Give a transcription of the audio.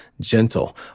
gentle